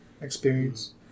experience